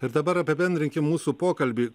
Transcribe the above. ir dabar apibendrinkime mūsų pokalbį